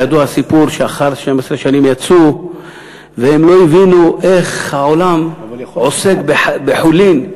ידוע הסיפור שאחר 12 שנים הם יצאו והם לא הבינו איך העולם עוסק בחולין.